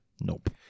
Nope